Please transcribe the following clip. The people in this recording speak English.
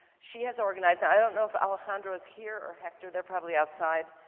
she has organized i don't know if alejandro is here, or hector. they're probably outside.